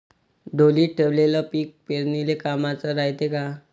ढोलीत ठेवलेलं पीक पेरनीले कामाचं रायते का?